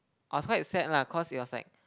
I was quite sad lah cause it was like